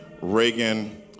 Reagan